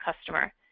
customer